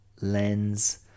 lens